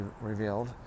revealed